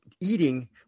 eating